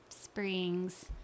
springs